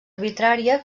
arbitrària